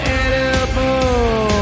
edible